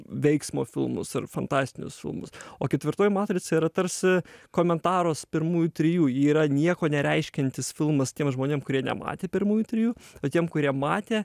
veiksmo filmus ar fantastinius filmus o ketvirtoji matrica yra tarsi komentaras pirmųjų trijų ji yra nieko nereiškiantis filmas tiem žmonėm kurie nematė pirmųjų trijų o tiem kurie matė